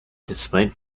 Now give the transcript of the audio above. despite